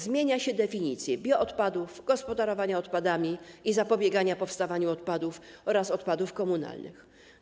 Zmienia się definicje bioodpadów, gospodarowania odpadami i zapobiegania powstawaniu odpadów oraz odpadów komunalnych.